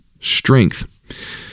strength